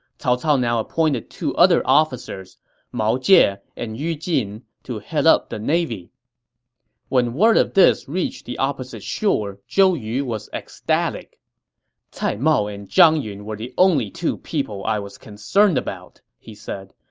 cao cao now appointed two other officers mao jie and yu jin to head up the navy when word of this reached the opposite shore, zhou yu was ecstatic cai mao and zhang yun were the only two people i was concerned about, he said.